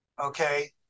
okay